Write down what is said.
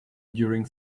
during